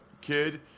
kid